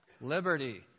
Liberty